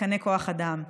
תקני כוח אדם,